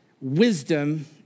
wisdom